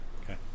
Okay